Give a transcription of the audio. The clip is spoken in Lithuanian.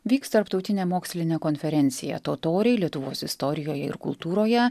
vyks tarptautinė mokslinė konferencija totoriai lietuvos istorijoje ir kultūroje